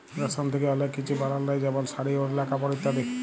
রেশম থ্যাকে অলেক কিছু বালাল যায় যেমল শাড়ি, ওড়লা, কাপড় ইত্যাদি